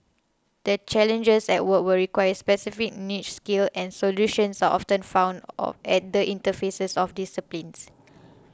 the challenges at work will require specific niche skills and solutions are often found at the interfaces of disciplines